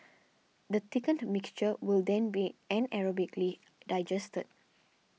the thickened mixture will then be anaerobically digested